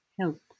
help